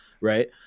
right